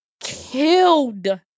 killed